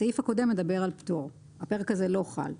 הסעיף הקודם מדבר על פטור, הפרק הזה לא חל.